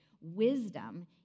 wisdom